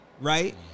right